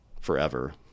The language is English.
forever